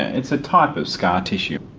it's a type of scar tissue.